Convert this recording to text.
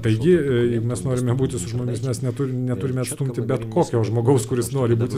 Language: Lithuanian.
taigi mes norime būti su žmonėmis nes neturime neturime atstumti bet kokio žmogaus kuris nori būti